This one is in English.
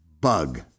bug